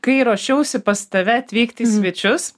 kai ruošiausi pas tave atvykti į svečius